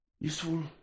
Useful